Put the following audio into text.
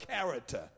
character